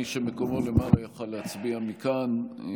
מי שמקומו למעלה יוכל להצביע מכאן.